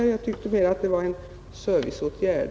Jag tyckte mera det var en serviceåtgärd.